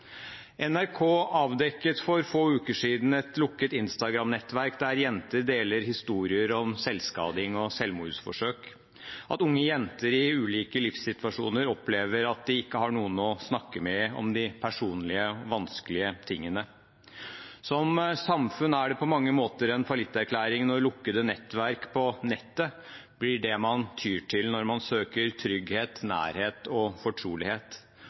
NRK avdekket for få uker siden et lukket Instagram-nettverk der jenter deler historier om selvskading og selvmordsforsøk. Unge jenter i ulike livssituasjoner opplever at de ikke har noen å snakke med om de personlige og vanskelige tingene. Som samfunn er det på mange måter en fallitterklæring når lukkede nettverk på nettet blir det man tyr til når man søker trygghet, nærhet og fortrolighet.